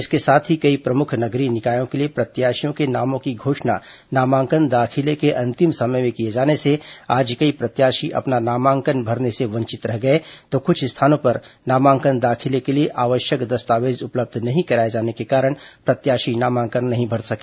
इसके साथ ही कई प्रमुख नगरीय निकायों के लिए प्रत्याशियों के नामों की घोषणा नामांकन दाखिले के अंतिम समय में किए जाने से आज कई प्रत्याशी अपना नामांकन भरने से वंचित रह गए तो कुछ स्थानों पर नामांकन दाखिले के लिए आवश्यक दस्तावेज उपलब्ध नहीं कराए जाने के कारण प्रत्याशी नामांकन नहीं भर सके